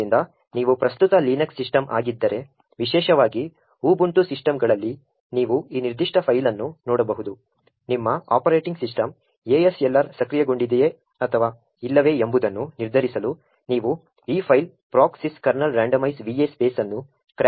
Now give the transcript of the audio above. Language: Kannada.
ಆದ್ದರಿಂದ ನೀವು ಪ್ರಸ್ತುತ ಲಿನಕ್ಸ್ ಸಿಸ್ಟಮ್ ಆಗಿದ್ದರೆ ವಿಶೇಷವಾಗಿ ಉಬುಂಟು ಸಿಸ್ಟಂಗಳಲ್ಲಿ ನೀವು ಈ ನಿರ್ದಿಷ್ಟ ಫೈಲ್ ಅನ್ನು ನೋಡಬಹುದು ನಿಮ್ಮ ಆಪರೇಟಿಂಗ್ ಸಿಸ್ಟಂ ASLR ಸಕ್ರಿಯಗೊಂಡಿದೆಯೇ ಅಥವಾ ಇಲ್ಲವೇ ಎಂಬುದನ್ನು ನಿರ್ಧರಿಸಲು ನೀವು ಈ ಫೈಲ್ procsyskernelrandomize va space ಅನ್ನು ಕ್ರ್ಯಾಕ್ ಮಾಡಬಹುದು